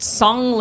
song